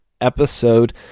episode